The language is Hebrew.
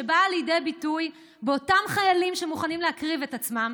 שבאה לידי ביטוי באותם חיילים שמוכנים להקריב את עצמם,